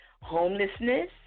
homelessness